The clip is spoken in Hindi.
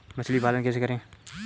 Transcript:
मछली पालन कैसे करें?